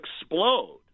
explode